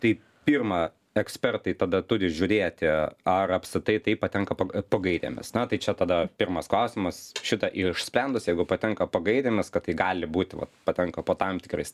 tai pirma ekspertai tada turi žiūrėti ar apskritai tai patenka po gairėmis na tai čia tada pirmas klausimas šitą išsprendus jeigu patenka po gairėmis kad tai gali būti va patenka po tam tikrais